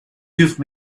give